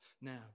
now